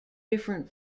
different